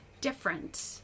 different